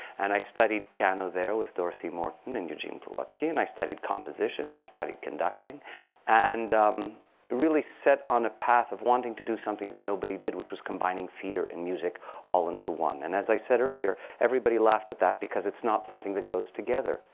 and i studied piano there with dorothy morton and eugene plawutsky. and i studied composition. and i studied conducting and really set on a path of wanting to do something that nobody did, which was combining theater and music all into one. and as i said earlier, everybody laughed at that, because it's not something that goes together.